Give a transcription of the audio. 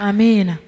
Amen